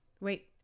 Wait